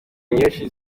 nyinshi